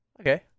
Okay